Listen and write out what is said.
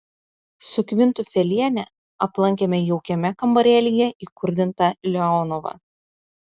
su kvintufeliene aplankėme jaukiame kambarėlyje įkurdintą leonovą